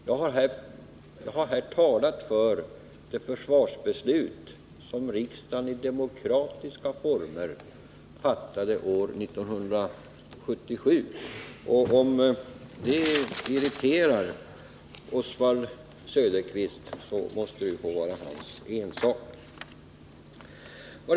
Jag har här talat för det försvarsbeslut som riksdagen i demokratiska former fattade år 1977. Om det irriterar Oswald Söderqvist så måste det få vara hans ensak.